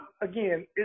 again